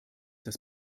das